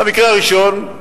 במקרה הראשון,